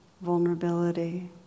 vulnerability